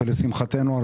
ולשמחתנו,